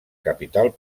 capital